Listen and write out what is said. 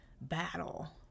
battle